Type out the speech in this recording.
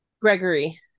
Gregory